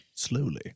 slowly